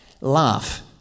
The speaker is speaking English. Laugh